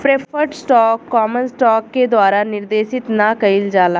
preferred stock common stock के द्वारा निर्देशित ना कइल जाला